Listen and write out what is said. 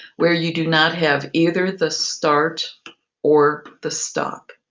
where you do not have either the start or the stop.